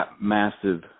massive